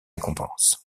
récompenses